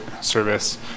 service